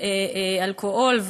אלכוהול,